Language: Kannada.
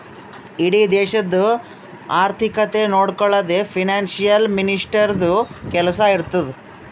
ಇಡೀ ದೇಶದು ಆರ್ಥಿಕತೆ ನೊಡ್ಕೊಳದೆ ಫೈನಾನ್ಸ್ ಮಿನಿಸ್ಟರ್ದು ಕೆಲ್ಸಾ ಇರ್ತುದ್